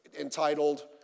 entitled